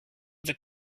top